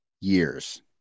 years